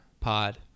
pod